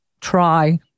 try